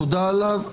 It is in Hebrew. תודה עליו,